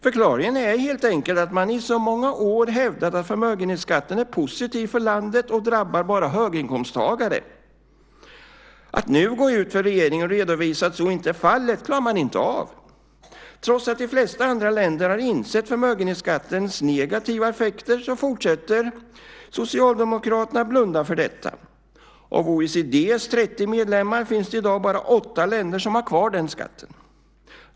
Förklaringen är helt enkelt att man i så många år hävdat att förmögenhetsskatten är positiv för landet och bara drabbar höginkomsttagare. Att nu gå ut och redovisa att så inte är fallet klarar inte regeringen av. Trots att de flesta andra länder har insett förmögenhetsskattens negativa effekter fortsätter Socialdemokraterna att blunda för dessa. Bland OECD:s 30 medlemmar finns det i dag bara åtta länder som har kvar denna skatt.